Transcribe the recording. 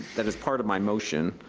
that as part of my motion,